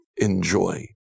Enjoy